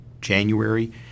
January